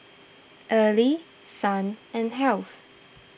Early Son and Heath